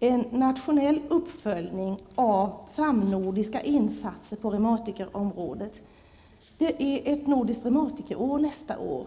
en nationell uppföljning av samnordiska insatser på reumatikerområdet. Nästa år är ett nordiskt reumatikerår.